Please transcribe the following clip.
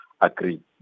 agree